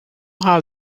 how